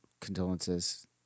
condolences